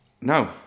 No